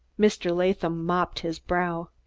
mr. latham mopped his brow.